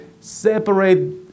separate